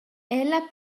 ella